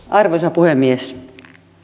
arvoisa puhemies